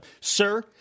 sir